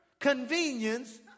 convenience